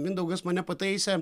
mindaugas mane pataisė